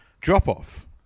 drop-off